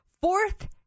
fourth